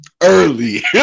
early